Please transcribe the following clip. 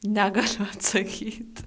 negaliu atsakyt